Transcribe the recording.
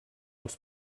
els